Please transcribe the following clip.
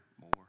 more